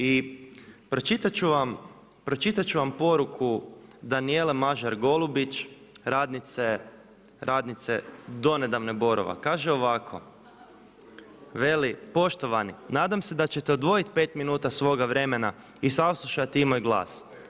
I pročitat ću vam poruku Danijele Mažar Golubić radnice donedavne Borova, kaže ovako: „Poštovani, nadam se da ćete odvojiti pet minuta svoga vremena i saslušati i moj glas.